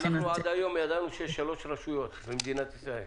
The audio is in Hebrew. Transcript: אנחנו עד היום ידענו שיש שלוש רשויות במדינת ישראל.